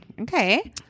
Okay